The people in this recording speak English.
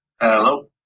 Hello